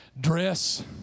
dress